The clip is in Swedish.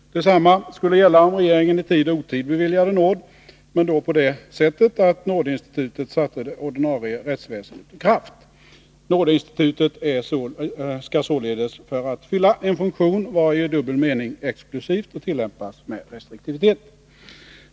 Detsamma skulle gälla om regeringen i tid och otid beviljade nåd, men då på det sättet att nådeinstitutet satte det ordinarie rättsväsendet ur kraft. Nådeinstitutet skall således för att fylla en funktion vara i dubbel mening exklusivt och tillämpas med restriktivitet.